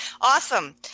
Awesome